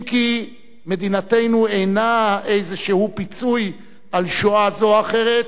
אם כי מדינתנו אינה איזשהו פיצוי על שואה זו או אחרת,